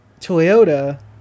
Toyota